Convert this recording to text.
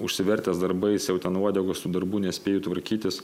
užsivertęs darbais jau ten uodegos tų darbų nespėju tvarkytis